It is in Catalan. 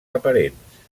aparents